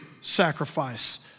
sacrifice